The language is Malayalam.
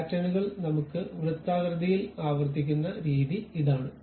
പാറ്റേണുകൾ നമ്മുക്ക് വൃത്താകൃതിയിൽ ആവർത്തിക്കുന്ന രീതി ഇതാണ്